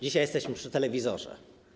Dzisiaj jesteśmy przy telewizorze.